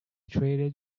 traded